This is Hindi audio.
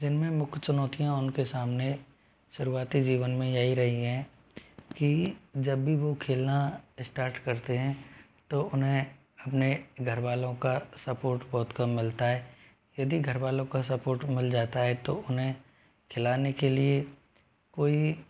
जिनमें मुख्य चुनौतियाँ उनके सामने शुरुआती जीवन में यही रहीं हैं कि जब भी वो खेलना स्टार्ट करते हैं तो उन्हें अपने घर वालों का सपोर्ट बहुत कम मिलता है यदि घरवालों का सपोर्ट मिल जाता है तो उन्हें खिलाने के लिए कोई